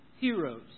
heroes